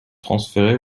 transférer